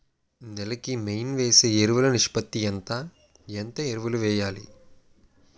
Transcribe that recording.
నేల కి మెయిన్ వేసే ఎరువులు నిష్పత్తి ఎంత? ఏంటి ఎరువుల వేయాలి?